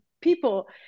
people